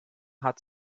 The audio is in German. hat